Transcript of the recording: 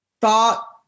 thought